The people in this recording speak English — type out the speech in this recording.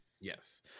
Yes